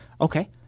okay